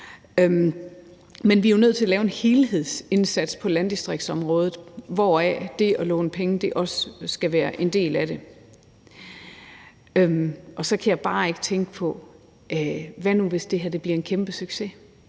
Men vi er jo nødt til at lave en helhedsindsats på landdistriktsområdet, hvor det at låne penge også skal være en del af det. Så kan jeg bare ikke tænke på, at hvad nu, hvis det her bliver en kæmpe succes?